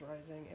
rising